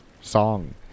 song